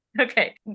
okay